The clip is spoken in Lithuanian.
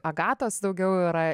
agatos daugiau yra